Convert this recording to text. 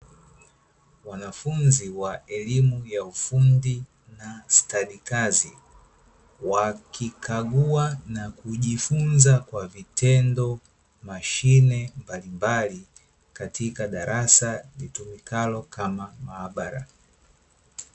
Wanafunzi wa elimu ya ufundi na stadi kazi, wakikagua na kujifunza kwa vitendo, mashine mbalimbali katika darasa litumikalo kama maabara.